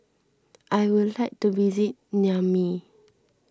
I would like to visit Niamey